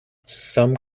some